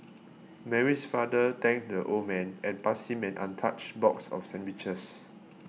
Mary's father thanked the old man and passed him an untouched box of sandwiches